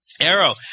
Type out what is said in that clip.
arrow